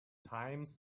times